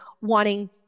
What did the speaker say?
wanting